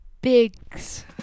Biggs